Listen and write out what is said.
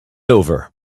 over